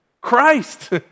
Christ